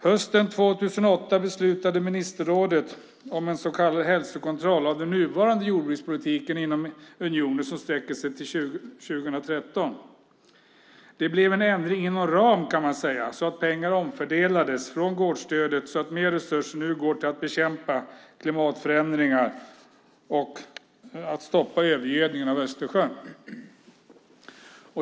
Hösten 2008 beslutade ministerrådet om en så kallad hälsokontroll av den nuvarande jordbrukspolitiken inom unionen som sträcker sig till 2013. Det blev en ändring inom ram, kan man säga, så att pengar omfördelades från gårdsstödet så att mer resurser nu går till att bekämpa klimatförändringar och stoppa övergödningen av Östersjön.